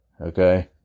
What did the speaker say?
Okay